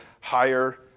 higher